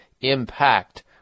impact